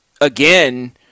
again